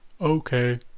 Okay